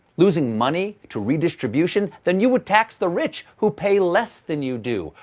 losing money to redistribution? then you would tax the rich, who pay less than you do.